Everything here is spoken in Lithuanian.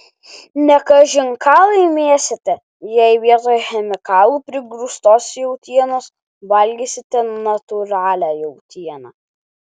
ne kažin ką laimėsite jei vietoj chemikalų prigrūstos jautienos valgysite natūralią jautieną